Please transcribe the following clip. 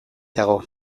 dago